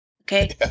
Okay